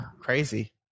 Crazy